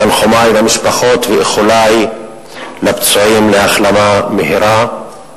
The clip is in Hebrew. תנחומי למשפחות, ואיחולי לפצועים להחלמה מהירה.